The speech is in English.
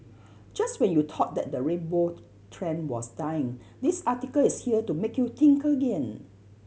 just when you thought that the rainbow trend was dying this article is here to make you think again